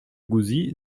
gouzis